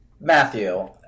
Matthew